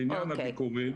לעניין הביקורים